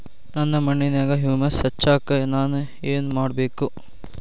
ನನ್ನ ಮಣ್ಣಿನ್ಯಾಗ್ ಹುಮ್ಯೂಸ್ ಹೆಚ್ಚಾಕ್ ನಾನ್ ಏನು ಮಾಡ್ಬೇಕ್?